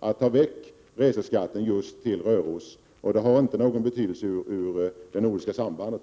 att ta bort reseskatten just till Röros. Det har inte någon betydelse för det nordiska sambandet.